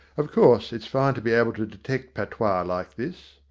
of course, it's fine to be able to detect patois like this.